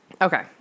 Okay